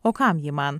o kam ji man